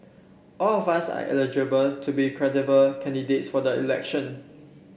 all of us are eligible to be credible candidates for the election